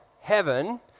heaven